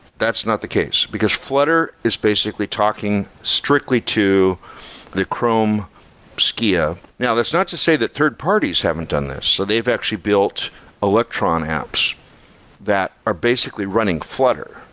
that's not the case, because flutter is basically talking strictly to the chrome skia. now, that's not to say that third parties haven't done this. so they've actually built electron apps that are basically running flutter,